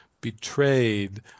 betrayed